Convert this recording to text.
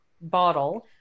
bottle